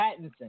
Pattinson